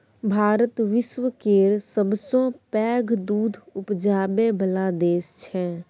भारत विश्व केर सबसँ पैघ दुध उपजाबै बला देश छै